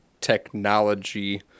technology